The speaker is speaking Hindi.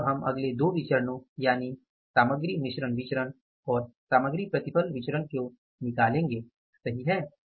और अब हम अगले दो विचरणों यानि सामग्री मिश्रण विचरण और सामग्री प्रतिफल विचरण को निकालेंगे सही है